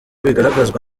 bigaragazwa